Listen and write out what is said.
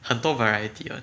很多 variety what